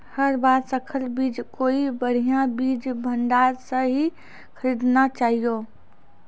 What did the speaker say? हर बार संकर बीज कोई बढ़िया बीज भंडार स हीं खरीदना चाहियो